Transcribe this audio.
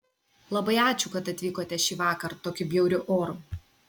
labai ačiū kad atvykote šįvakar tokiu bjauriu oru